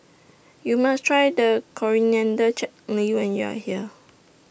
YOU must Try The Coriander Chutney when YOU Are here